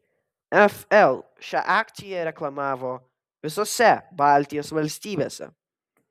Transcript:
fl šią akciją reklamavo visose baltijos valstybėse